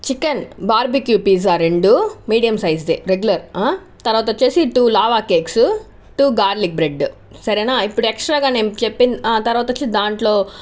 chicken barbecue pizza రెండు medium సైజుది regular తర్వాతొచ్చేసి two lava cakes two garlic bread సరేనా ఇప్పుడు ఎక్స్ట్రాగా నేను చెప్పింది తర్వాత వచ్చేసి దాంట్లో